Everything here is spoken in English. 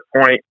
point